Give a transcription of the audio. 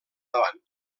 davant